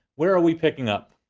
where are we picking up?